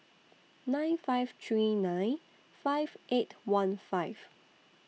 nine five three nine five eight one five